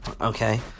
okay